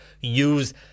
use